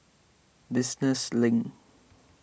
Business Link